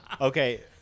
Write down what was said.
Okay